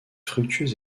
fructueuse